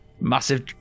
Massive